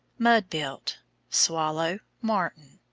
mud-built swallow, martin.